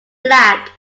black